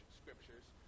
scriptures